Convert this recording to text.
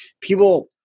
people –